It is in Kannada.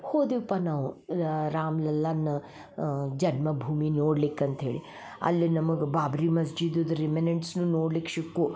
ಹೋದ್ವಿಪ್ಪ ನಾವು ರಾಮ್ಲಲ್ಲನ ಜನ್ಮಭೂಮಿ ನೋಡ್ಲಿಕಂತ್ಹೇಳಿ ಅಲ್ಲಿ ನಮಗೆ ಬಾಬ್ರಿ ಮಸ್ಜಿದ್ದು ರಿಮೆನೆಂಡ್ಸ್ನು ನೋಡ್ಲಿಕ್ಕೆ ಶಿಕ್ವು